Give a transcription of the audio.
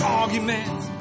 arguments